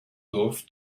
dorf